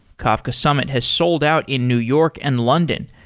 kafka summit has sold out in new york and london,